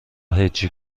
هجی